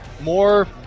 more –